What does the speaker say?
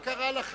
מה קרה לכם?